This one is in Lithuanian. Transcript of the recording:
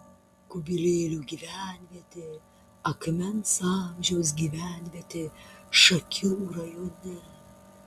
kubilėlių gyvenvietė akmens amžiaus gyvenvietė šakių rajone